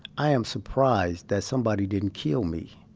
i am surprised that somebody didn't kill me.